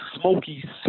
smoky